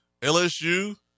LSU